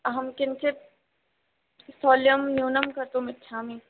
अहं किञ्चित् स्थौल्यं न्यूनं कर्तुमिच्छामि